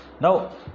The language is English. Now